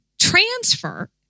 transfer